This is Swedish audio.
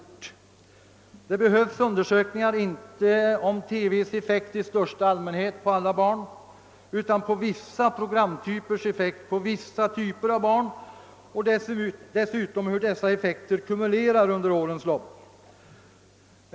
Det behövs undersökningar, inte om TV:s effekt i största allmänhet på alla barn, utan om vissa programtypers effekt på vissa typer av barn, och dessutom om hur dessa effekter kumulerar under årens lopp.